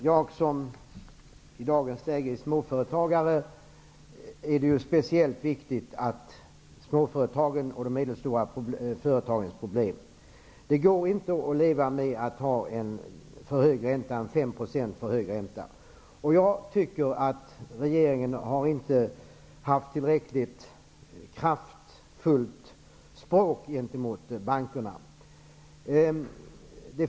Herr talman! För mig som är småföretagare är småföretagens och de medelstora företagens problem speciellt viktiga. Det går inte att leva med en 5 % för hög ränta. Jag tycker inte att regeringen har haft ett tillräckligt kraftfullt språk gentemot bankerna.